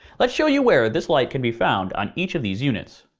let's show you where this light can be found on each of these units.